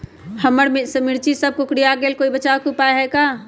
हमर मिर्ची सब कोकररिया गेल कोई बचाव के उपाय है का?